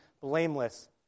blameless